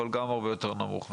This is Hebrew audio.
אבל גם הרבה יותר נמוך מחמישים.